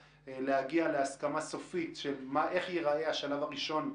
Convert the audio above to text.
היא להגיע להסכמה סופית איך ייראה השלב הראשון,